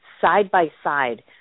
side-by-side